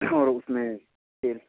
और उसमें तेल